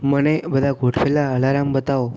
મને બધાં ગોઠવેલાં અલારામ બતાવો